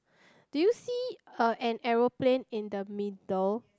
do you see uh an aeroplane in the middle